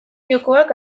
jokoak